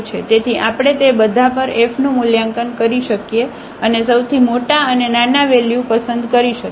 તેથી આપણે તે બધા પર fનું મૂલ્યાંકન કરી શકીએ અને સૌથી મોટા અને નાના વેલ્યુ પસંદ કરી શકીએ